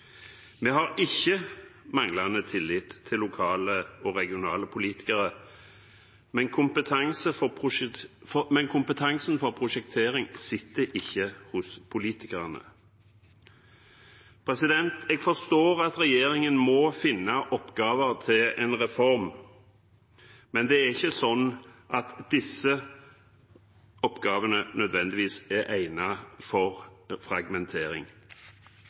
Vi har ikke manglende tillit til lokale og regionale politikere, men kompetansen innen prosjektering sitter ikke hos politikerne. Jeg forstår at regjeringen må finne oppgaver til en reform, men disse oppgavene er ikke nødvendigvis egnet for fragmentering.